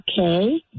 okay